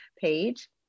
page